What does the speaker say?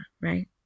Right